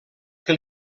que